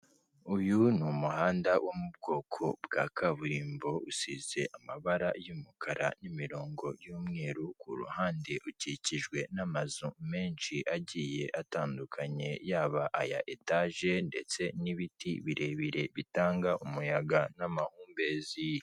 Uyu ni umuhanda wo mu bwoko bwa kaburimbo, usize amabara y'umukara n'imirongo y'umweru, kuruhande ukikijwe n'amazu menshi agiye atandukanye, yaba aya etaje ndetse n'ibiti birebire, bitanga umuyaga n'amahumbezi.